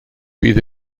bydd